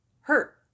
hurt